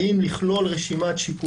הדיון התמקד בשאלה האם לכלול רשימת שיקולים,